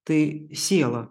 tai siela